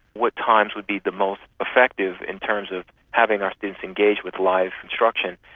what times would be the most effective in terms of having our students engage with live instruction.